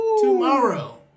tomorrow